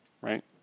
right